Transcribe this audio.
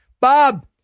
Bob